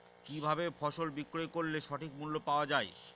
কি ভাবে ফসল বিক্রয় করলে সঠিক মূল্য পাওয়া য়ায়?